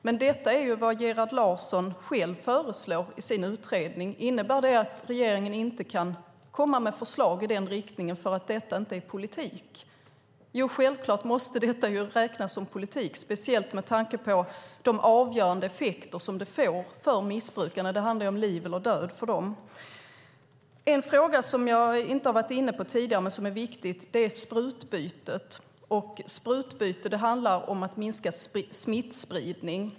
Men detta är vad Gerhard Larsson själv föreslår i sin utredning. Innebär det att regeringen inte kan komma med förslag i den riktningen därför att detta inte är politik? Jo, självklart måste detta räknas som politik, speciellt med tanke på de avgörande effekter som det får för missbrukarna. Det handlar ju om liv eller död för dem. En fråga som jag inte har varit inne på tidigare men som är viktig är sprutbytet. Sprutbyte handlar om att minska smittspridning.